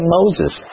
Moses